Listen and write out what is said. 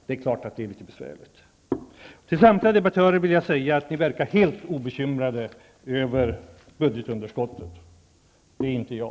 Det är klart att det då blir besvärligt. Till samtliga meddebattörer vill jag säga: Ni verkar vara helt obekymrade över budgetunderskottet. Det är inte jag.